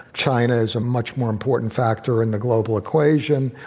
china is a much more important factor in the global equation.